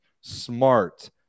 smart